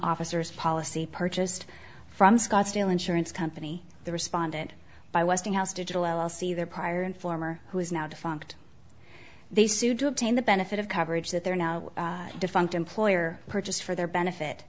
officers policy purchased from scottsdale insurance company the respondent by westinghouse digital l l c their prior and former who is now defunct they sued to obtain the benefit of coverage that they're now defunct employer purchased for their benefit